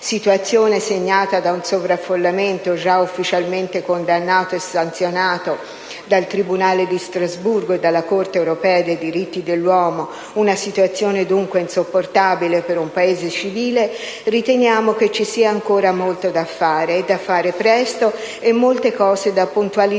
situazione segnata da un sovraffollamento già ufficialmente condannato e sanzionato dal tribunale di Strasburgo e dalla Corte europea dei diritti dell'uomo in quanto si configura come una situazione insopportabile per un Paese civile, riteniamo che ci siano ancora molte cose da fare presto, puntualizzare